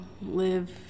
live